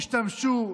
ישתמשו,